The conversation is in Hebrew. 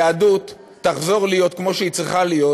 היהדות תחזור להיות כמו שהיא צריכה להיות: